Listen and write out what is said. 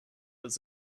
was